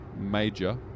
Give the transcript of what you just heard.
major